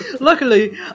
Luckily